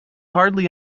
hardly